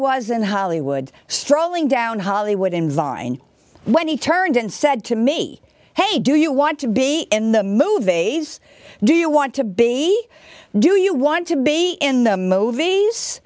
was in hollywood strolling down hollywood and vine when he turned and said to me hey do you want to be in the movies do you want to be do you want to be in them ov